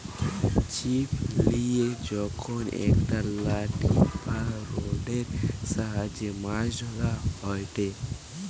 ছিপ লিয়ে যখন একটা লাঠি বা রোডের সাহায্যে মাছ ধরা হয়টে